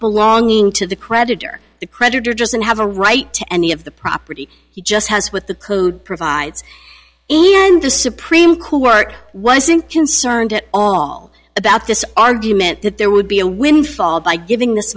belonging to the creditor the creditor doesn't have a right to any of the property he just has with the code provides any and the supreme court wasn't concerned at all about this argument that there would be a windfall by giving this